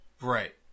Right